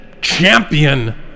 champion